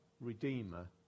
Redeemer